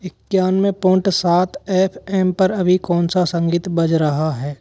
इक्यानवे पोंट सात F M पर अभी कौन सा संगीत बज रहा है